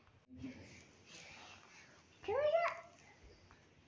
जैविक खेती में भारत का प्रथम स्थान